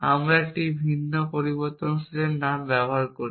আমরা একটি ভিন্ন পরিবর্তনশীল নাম ব্যবহার করি